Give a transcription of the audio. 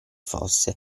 fosse